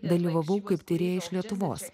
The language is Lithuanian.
dalyvavau kaip tyrėja iš lietuvos